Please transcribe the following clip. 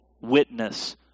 witness